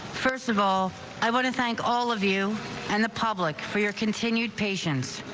first of all i want to thank all of you and the public for your continued patience.